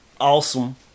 awesome